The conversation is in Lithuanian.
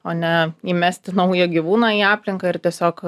o ne įmesti naują gyvūną į aplinką ir tiesiog